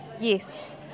yes